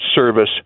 service